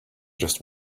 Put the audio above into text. just